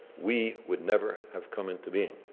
we would never have come into being.